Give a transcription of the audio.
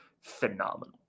phenomenal